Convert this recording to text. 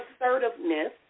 assertiveness